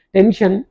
Tension